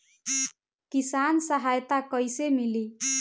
किसान सहायता कईसे मिली?